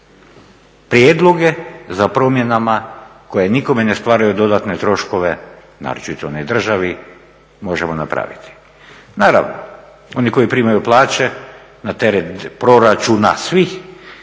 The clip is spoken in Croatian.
prijedloge za promjenama koje nikome ne stvaraju dodatne troškove, naročito ne državi možemo napraviti. Naravno, oni koji primaju plaće na teret proračuna svih